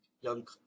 young